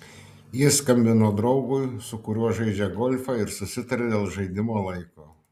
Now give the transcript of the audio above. jis skambino draugui su kuriuo žaidžia golfą ir susitarė dėl žaidimo laiko